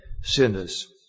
sinners